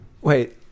wait